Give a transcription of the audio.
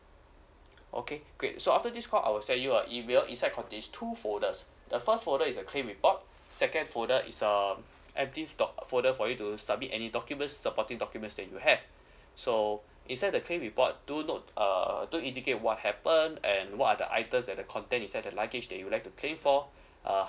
okay great so after this call I will send you a email inside contain two folders the first folder is a claim report second folder is um empty folder for you to submit any documents supporting documents that you have so inside the claim report do not uh do indicate what happen and what are the items and the contain inside the luggage that you would like to claim for uh